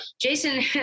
jason